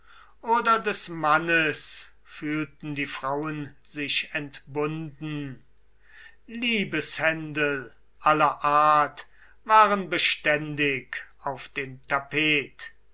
oder des mannes fühlten die frauen sich entbunden liebeshändel aller art waren beständig auf dem tapet